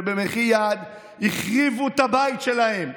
ובמחי יד החריבו את הבית שלהם,